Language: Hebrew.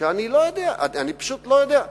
שאני לא יודע, פשוט לא יודע.